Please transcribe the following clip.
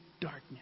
darkness